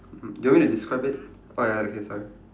mmhmm do you want me to describe it oh ya okay sorry